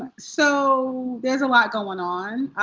so there's a lot going on.